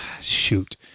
shoot